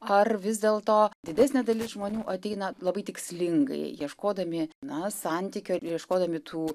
ar vis dėlto didesnė dalis žmonių ateina labai tikslingai ieškodami na santykio ieškodami tų